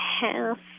half